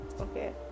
okay